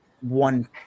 one